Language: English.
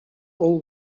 all